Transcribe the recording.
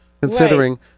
considering